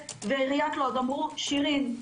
ועיריית לוד אמרו: שירין,